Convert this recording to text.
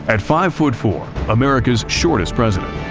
and five foot four, america's shortest president,